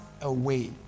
away